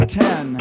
ten